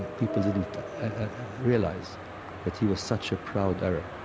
and people didn't realize that he was such a proud arab.